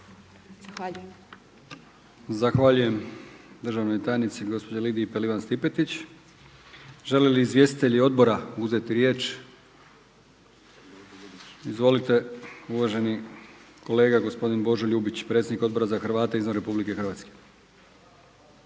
(HDZ)** Zahvaljujem državnoj tajnici gospođi Lidiji Pelivan Stipetić. Žele li izvjestitelji odbora uzeti riječ? Izvolite uvaženi kolega gospodin Božo Ljubić predsjednik Odbora za Hrvate izvan RH.